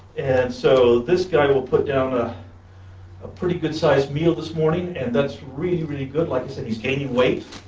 and so this guy will put down a ah pretty good sized meal this morning and that's really really good. like i said he's gaining weight